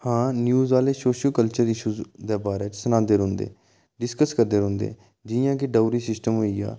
हां न्यूज़ आह्ले social culture issues दे बारे च सनांदे रौंह्दे डिसकिस करदे रौंह्दे जि'यां कि डाउरी सिस्टम होई गेआ